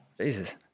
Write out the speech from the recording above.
Jesus